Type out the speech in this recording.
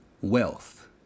wealth